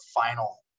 final